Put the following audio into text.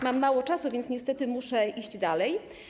Mam mało czasu, więc niestety muszę iść dalej.